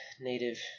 native